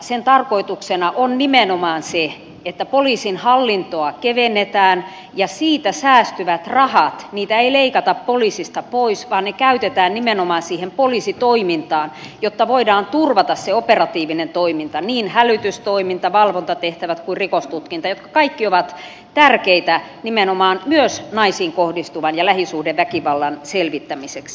sen tarkoituksena on nimenomaan se että poliisin hallintoa kevennetään ja siitä säästyviä rahoja ei leikata poliisista pois vaan ne käytetään nimenomaan poliisitoimintaan jotta voidaan turvata se operatiivinen toiminta niin hälytystoiminta valvontatehtävät kuin rikostutkinta jotka kaikki ovat tärkeitä nimenomaan myös naisiin kohdistuvan ja lähisuhdeväkivallan selvittämiseksi